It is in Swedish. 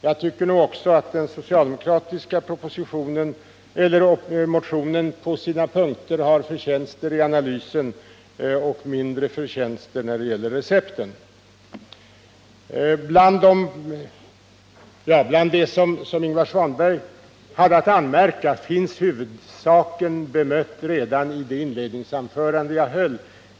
Jag tycker att den socialdemokratiska motionen på vissa punkter har förtjänster i analysen men mindre förtjänster när det gäller recepten. Huvuddelen av det Ingvar Svanberg hade att anmärka har jag bemött i mitt inledningsanförande.